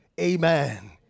Amen